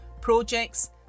projects